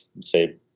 say